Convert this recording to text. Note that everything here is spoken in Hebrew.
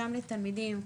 שם לתלמידים,